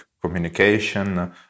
communication